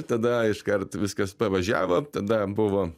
tada iškart viskas pavažiavo tada buvo